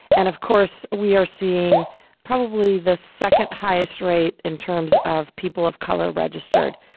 and of course, we are seeing probably the second highest rate in terms of people of color registered.